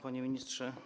Panie Ministrze!